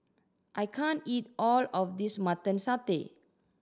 I can't eat all of this Mutton Satay